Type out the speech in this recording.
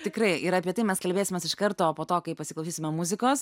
tikrai ir apie tai mes kalbėsimės iš karto po to kai pasiklausysime muzikos